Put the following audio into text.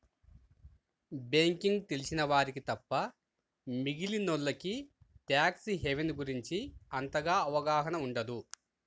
banking తెలిసిన వారికి తప్ప మిగిలినోల్లకి ట్యాక్స్ హెవెన్ గురించి అంతగా అవగాహన ఉండదు